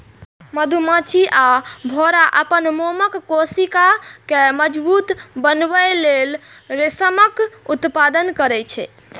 मधुमाछी आ भौंरा अपन मोमक कोशिका कें मजबूत बनबै लेल रेशमक उत्पादन करै छै